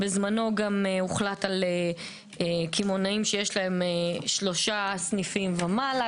בזמנו הוחלט על קמעונאים שיש להם שלושה סניפים ומעלה,